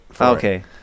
Okay